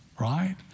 right